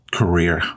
career